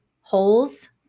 holes